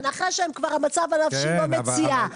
רק אחרי שהמצב הנפשי שלהם כבר לא מציאה.